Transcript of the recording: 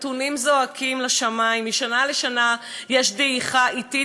הנתונים זועקים לשמים: משנה לשנה יש דעיכה אטית